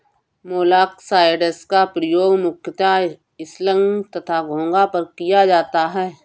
मोलॉक्साइड्स का प्रयोग मुख्यतः स्लग तथा घोंघा पर किया जाता है